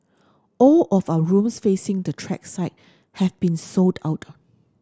all of our rooms facing the track side have been sold out